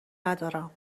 ندارم